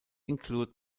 include